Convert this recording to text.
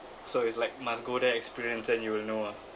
so it's like must go there experience then you will know ah